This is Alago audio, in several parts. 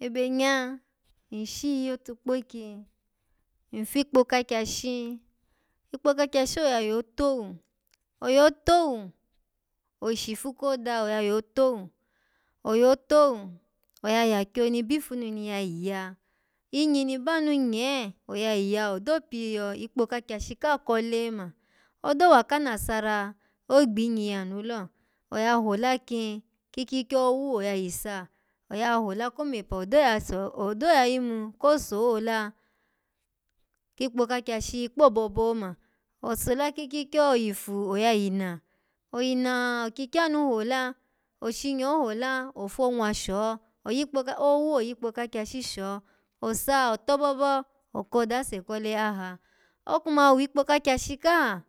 Ebenya nshiyi otukpokyi, nfikpo kakyashi, ikpo kakyashi oya yo towu oyo towu, oshifu koda oya yo towu oyo towu oya yakwo ni bifu ni ya yi ya, inyi ni banu nye oya yi ya odo pyikpo kakyeshi ka kole oma odo waka nasara, ogbinyi yanu lo, oya hola kin, kikyikyo wu oya yi sa oya hola komepa, odo yaso-odo ya yinu ko sola kikpo kakyashi kpo obobo oma. Osola kikyikyo oyifu oya yi na oyina okyi kyanu hola oshinyo hola ofonwo sho, oyikpo ka owu oyikpo kakyashi sho, osa otobobo oko dase kole aha okuma wikpo kakyashi kaha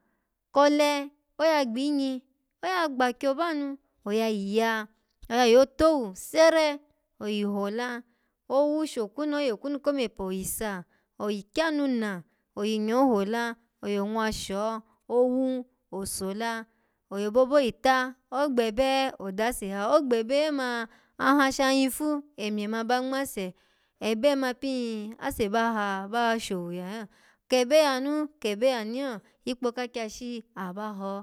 kole, oya gbinyi, oya gbakyo banu, oya yi ya oya yo towu sere, oyi hola, owu shokwunu oye okunu komepa, oyisa, oyi kyanu na, oyinyo hola, oyonwa sho, owu, osola oyobobo yyi ta, ogbebe odase ha, ogbebe yi ta, ogbebe odase ha, ogbebe yo ma an ha shan yifu emye ma ba ngmase ebe ma pin ase ba ka ba showu ya yo kebe yanu kebe yanu yo, ikpo kakyashi aba ho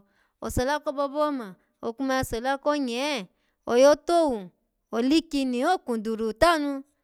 osola kobobo ona okuma sya sola ko nye, oyo towu, olikyini ho kwaduru tanu.